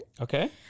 Okay